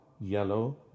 yellow